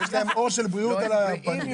לא, יש להם אור של בריאות על הפנים.